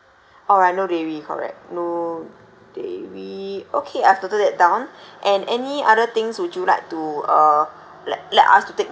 uh and no dairy correct no dairy okay I've noted that down and any other things would you like to uh let let us to take note